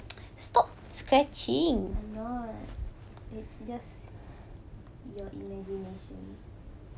I know ah it's just your imagination